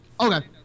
Okay